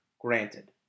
granted